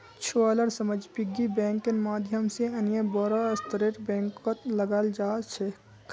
छुवालार समझ पिग्गी बैंकेर माध्यम से अन्य बोड़ो स्तरेर बैंकत लगाल जा छेक